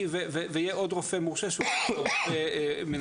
ויהיה עוד רופא מורשה שהוא מנהל המחלקה.